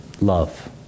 Love